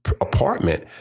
apartment